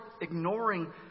ignoring